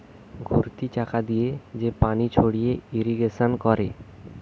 ঘুরতি চাকা দিয়ে যে পানি ছড়িয়ে ইরিগেশন করে